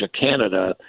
Canada –